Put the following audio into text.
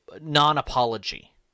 non-apology